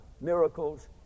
miracles